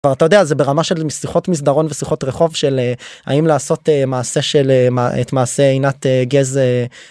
אתה יודע זה ברמה של שיחות מסדרון ושיחות רחוב של האם לעשות מעשה של... את מעשה עינת גז.